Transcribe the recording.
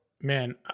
man